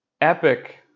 Epic